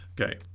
Okay